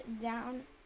down